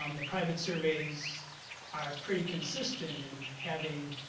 um the private surveys are pretty consistent in having,